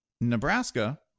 Nebraska